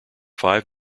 five